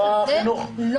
לא.